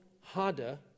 harder